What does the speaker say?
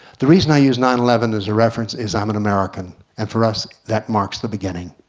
the reason i use nine eleven as a reference is, i am an american. and for us that marks the beginning.